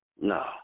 No